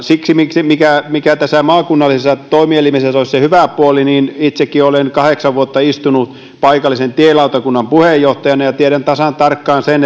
mikä mikä tässä maakunnallisessa toimielimessä olisi se hyvä puoli niin itsekin olen kahdeksan vuotta istunut paikallisen tielautakunnan puheenjohtajana ja tiedän tasan tarkkaan sen